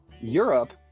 Europe